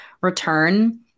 return